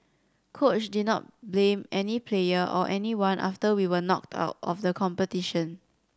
coach did not blame any player or anyone after we were knocked out of the competition